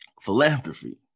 philanthropy